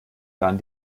dann